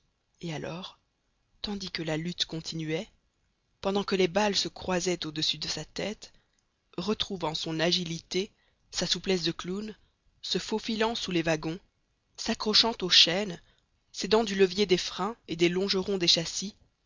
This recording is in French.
et alors tandis que la lutte continuait pendant que les balles se croisaient au-dessus de sa tête retrouvant son agilité sa souplesse de clown se faufilant sous les wagons s'accrochant aux chaînes s'aidant du levier des freins et des longerons des châssis